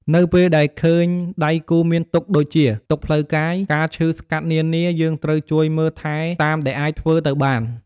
នៅពេលដែលឃើញដៃគូរមានទុក្ខដូចជា ទុក្ខផ្លូវកាយ ការឈឺស្កាត់នានាយើងត្រូវជួយមើលថែតាមដែលអាចធ្វើទៅបាន។